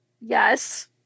Yes